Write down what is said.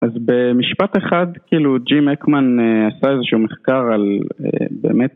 אז במשפט אחד, ג'י מקמן עשה איזה שהוא מחקר על באמת...